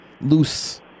loose